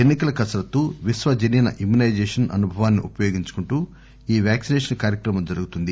ఎన్నికల కసరత్తు విశ్వజనీన ఇమ్మూనైజేషన్ అనుభవాన్ని ఉపయోగించుకుంటూ ఈ వ్యాక్సినేషన్ కార్యక్రమం జరుగుతుంది